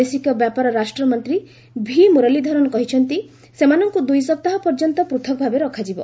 ବୈଦେଶିକ ବ୍ୟାପାର ରାଷ୍ଟ୍ରମନ୍ତ୍ରୀ ଭି ମୁରଲୀଧରନ କହିଛନ୍ତି ସେମାନଙ୍କୁ ଦୁଇସପ୍ତାହ ପର୍ଯ୍ୟନ୍ତ ପୃଥକ୍ ଭାବେ ରଖାଯିବ